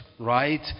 right